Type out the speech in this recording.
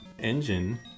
engine